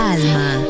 Alma